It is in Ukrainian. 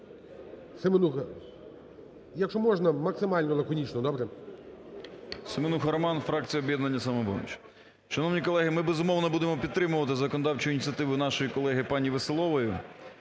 Семенуха, якщо можна, максимально лаконічно. Добре? 12:01:20 СЕМЕНУХА Р.С. Семенуха Роман, фракція "Об'єднання "Самопоміч". Шановні колеги! Ми, безумовно, будемо підтримувати законодавчу ініціативу нашої колеги пані Веселової.